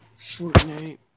Fortnite